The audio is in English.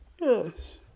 Yes